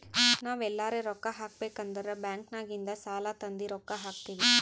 ನಾವ್ ಎಲ್ಲಾರೆ ರೊಕ್ಕಾ ಹಾಕಬೇಕ್ ಅಂದುರ್ ಬ್ಯಾಂಕ್ ನಾಗಿಂದ್ ಸಾಲಾ ತಂದಿ ರೊಕ್ಕಾ ಹಾಕ್ತೀನಿ